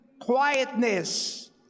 quietness